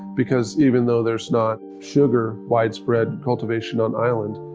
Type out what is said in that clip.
because even though there's not sugar widespread cultivation on island,